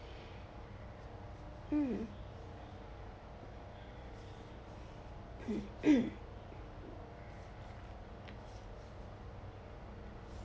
mm